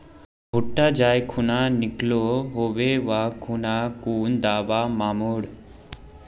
भुट्टा जाई खुना निकलो होबे वा खुना कुन दावा मार्मु?